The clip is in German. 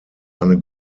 eine